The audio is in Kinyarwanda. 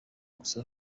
gusa